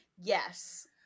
Yes